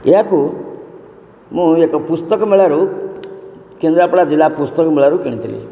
ଏହାକୁ ମୁଁ ଏକ ପୁସ୍ତକ ମେଳାରୁ କେନ୍ଦ୍ରାପଡ଼ା ଜିଲ୍ଲା ପୁସ୍ତକ ମେଳାରୁ କିଣିଥିଲି